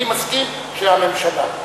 אני מסכים שהממשלה,